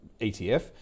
ETF